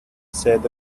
said